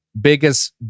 biggest